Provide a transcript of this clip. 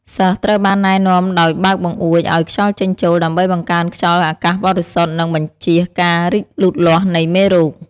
សិស្សត្រូវបានណែនាំដោយបើកបង្អួចឲ្យខ្យល់ចេញចូល ដើម្បីបង្កើនខ្យល់អាកាសបរិសុទ្ធ និងបញ្ចៀសការរីកលូតលាស់នៃមេរោគ។